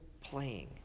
playing